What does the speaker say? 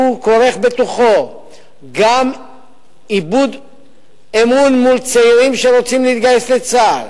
שהוא כורך בתוכו גם איבוד אמון מול צעירים שרוצים להתגייס לצה"ל,